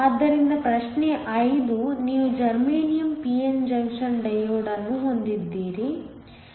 ಆದ್ದರಿಂದ ಪ್ರಶ್ನೆ 5 ನೀವು ಜರ್ಮೇನಿಯಮ್ p n ಜಂಕ್ಷನ್ ಡಯೋಡ್ಅನ್ನು ಹೊಂದಿದ್ದೀರಿ